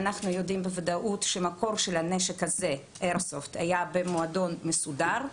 אנחנו יודעים בוודאות שהמקור של נשק האיירסופט הזה היה במועדון מסודר,